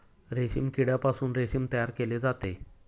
रेशीम किड्यापासून रेशीम तयार केले जाते